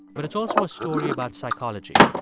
but it's also a story about psychology.